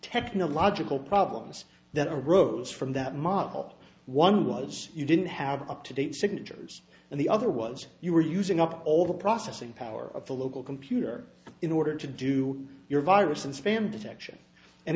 technological problems that arose from that model one was you didn't have up to date signatures and the other was you were using up all the processing power of the local computer in order to do your virus and spam detection and